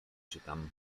czytam